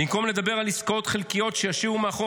"במקום לדבר על עסקאות חלקיות שישאירו מאחור